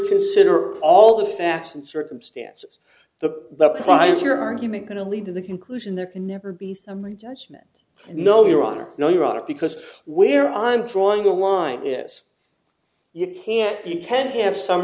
consider all the facts and circumstances the client your argument going to lead to the conclusion there can never be summary judgment no your honor no your honor because where i'm drawing a line is you can't you can't have s